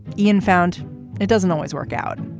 ian found it doesn't always work out.